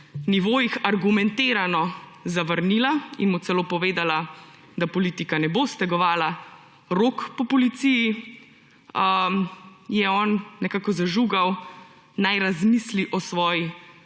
nivojih, argumentirano zavrnila in mu celo povedala, da politika ne bo stegovala rok po policiji, je on nekako zažugal, naj razmisli o svoji